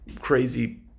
crazy